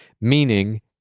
meaning